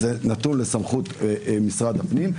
אז זה נתון לסמכות משרד הפנים.